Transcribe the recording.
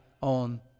on